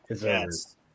Yes